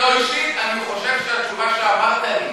אם לא אישית, אני חושב שהתגובה שנתת לי,